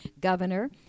governor